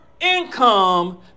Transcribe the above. income